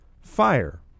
Fire